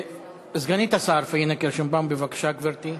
סגנית השר פניה קירשנבאום, בבקשה, גברתי.